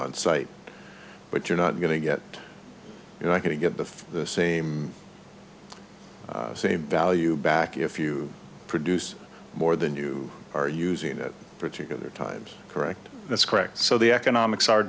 on site but you're not going to get you know i can get the same same value back if you produce more than you are using that particular times correct that's correct so the economics are